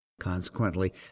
Consequently